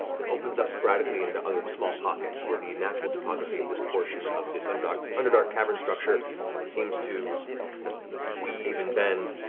then opens up sporadically into other small pockets, where the natural topography of this portion of this and underdark cavern structure seems to weave and bend.